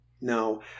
No